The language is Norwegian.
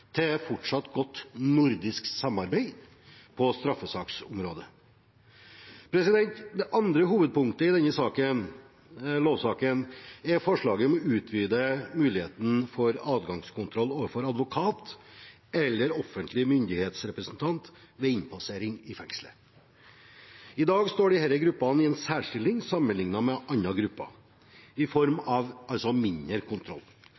til fortsatt godt nordisk samarbeid på straffesaksområdet. Det andre hovedpunktet i denne lovsaken er forslaget om å utvide muligheten for adgangskontroll overfor advokat eller offentlig myndighetsrepresentant ved innpassering i fengslet. I dag står disse gruppene i en særstilling sammenlignet med andre grupper – i form av mindre kontroll.